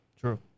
True